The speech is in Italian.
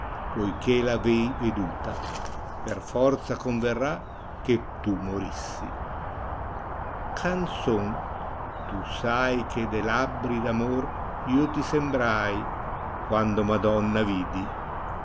poiché v avei veduta per forza converrà che tu morissi canzon tu sai che dei labbri d'amore io ti sembrai quando madonna vidi